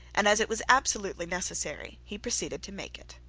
and as it was absolutely necessary he proceeded to make it.